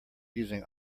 using